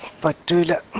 but to the